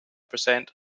percent